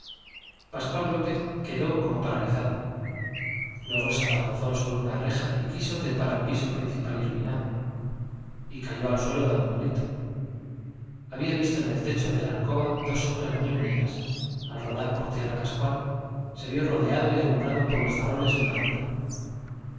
pascual lópez quedó como paralizado luego se abalanzó sobre una reja y quiso trepar al piso principal iluminado y cayó al suelo dando un grito había visto en el techo de la alcoba dos sombras muy unidas al roda por tierra pascual se vió rodeado y alumbrado por los faroles de una ronda